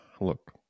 Look